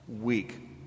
week